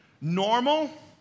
Normal